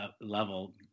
level